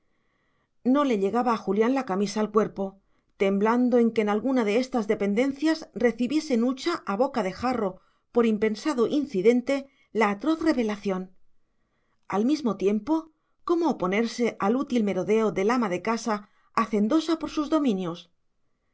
no le llegaba a julián la camisa al cuerpo temblando que en alguna de estas dependencias recibiese nucha a boca de jarro por impensado incidente la atroz revelación y al mismo tiempo cómo oponerse al útil merodeo del ama de casa hacendosa por sus dominios